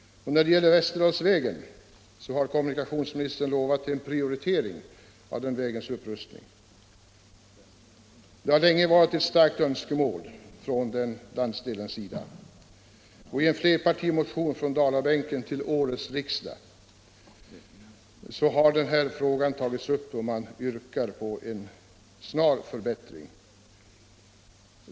Vidare har kommunikationsministern utlovat en prioritering av Västerdalsvägens upprustning. Det har länge varit ett starkt önskemål från den landsdelen att förbättra den vägen. I en flerpartimotion från Dalabänken till årets riksdag i den frågan yrkas på en snar förbättring.